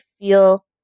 feel